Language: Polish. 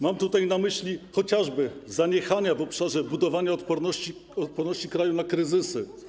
Mam tutaj na myśli chociażby zaniechania w obszarze budowania odporności kraju na kryzysy.